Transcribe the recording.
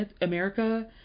America